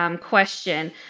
question